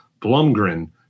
Blumgren